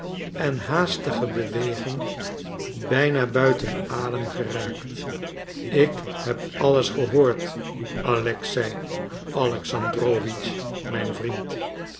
en haastige beweging bijna buiten adem geraakt ik heb alles gehoord alexei alexandrowitsch mijn vriend